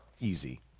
easy